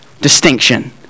distinction